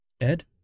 Ed